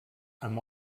amb